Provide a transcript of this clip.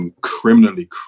Criminally